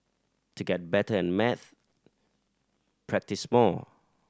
to get better at maths practise more